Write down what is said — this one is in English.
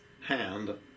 hand